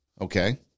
okay